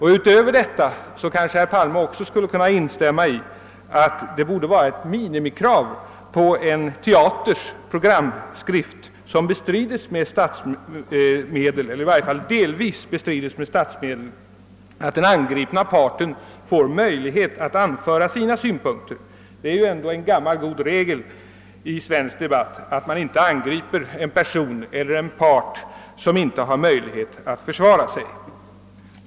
Härutöver kanske herr Palme också kan instämma i att det borde vara ett minimikrav på en teaters programskrift, för vilken tryckningen åtminstone delvis bekostas med statsmedel, att den angripna parten får möjlighet att framföra sina synpunkter. Det är en gammal god regel i svensk debatt att man inte angriper en person eller en part som saknar möjligheter att försvara sig.